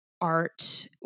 Art